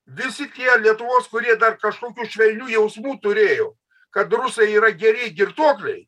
visi tie lietuvos kurie dar kažkokių švelnių jausmų turėjo kad rusai yra geri girtuokliai